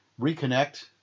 reconnect